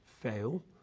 fail